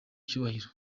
icyubahiro